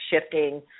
shifting